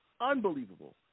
unbelievable